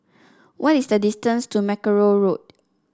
what is the distance to Mackerrow Road